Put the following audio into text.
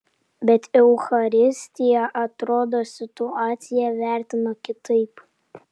bet eucharistija atrodo situaciją vertino kitaip